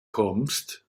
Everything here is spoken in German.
kommst